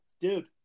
dude